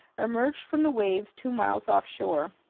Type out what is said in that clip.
emerged from the waves two miles offshore.